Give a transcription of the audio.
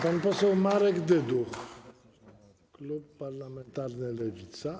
Pan poseł Marek Dyduch, klub parlamentarny Lewica.